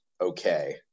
Okay